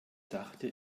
dachte